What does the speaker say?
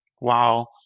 Wow